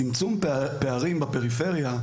צמצום פערים בפריפריה,